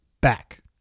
back